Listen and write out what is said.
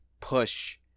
push